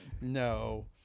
no